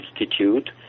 Institute